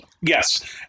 Yes